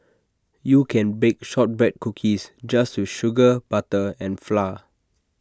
you can bake Shortbread Cookies just with sugar butter and flour